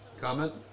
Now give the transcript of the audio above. Comment